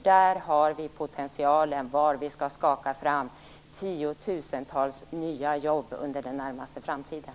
Där har vi potentialen för var vi skall skaka fram tiotusentals nya jobb under den närmaste framtiden.